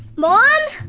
mom?